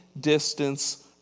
distance